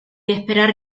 esperar